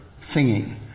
singing